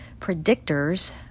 predictors